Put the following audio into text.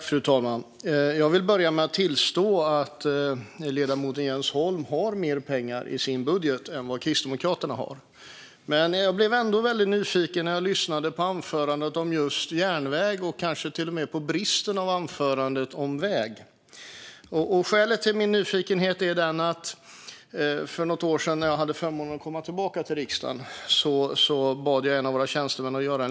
Fru talman! Jag vill börja med att tillstå att ledamoten Jens Holm har mer pengar i sin budget än vad Kristdemokraterna har. Jag blev väldigt nyfiken när jag lyssnade på anförandet vad gällde just järnväg och till och med på bristen i anförandet vad gällde väg. Skälet till min nyfikenhet är en liten beräkning som jag, när jag för något år sedan hade förmånen att komma tillbaka till riksdagen, bad en av våra tjänstemän att göra.